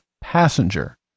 passenger